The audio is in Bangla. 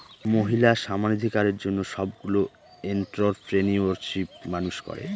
মহিলা সমানাধিকারের জন্য সবগুলো এন্ট্ররপ্রেনিউরশিপ মানুষ করে